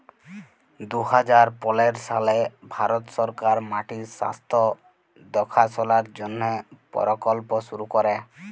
দু হাজার পলের সালে ভারত সরকার মাটির স্বাস্থ্য দ্যাখাশলার জ্যনহে পরকল্প শুরু ক্যরে